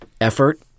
effort